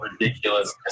ridiculous